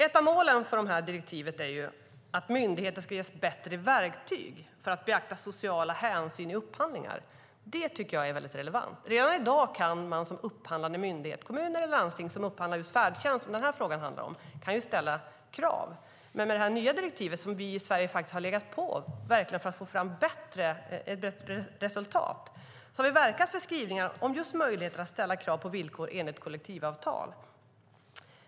Ett av målen för detta direktiv är att myndigheter ska ges bättre verktyg för att beakta sociala hänsyn vid upphandlingar. Det tycker jag är mycket relevant. Redan i dag kan man som upphandlande myndighet ställa krav. Kommuner och landsting som upphandlar just färdtjänst, som den här frågan handlar om, kan ställa krav. När det gäller detta nya direktiv har vi i Sverige legat på för att få fram bättre resultat. Vi har verkat för skrivningar om just möjligheter att ställa krav på villkor enligt kollektivavtal.